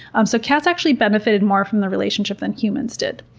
um so cats actually benefited more from the relationship than humans did.